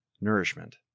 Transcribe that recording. nourishment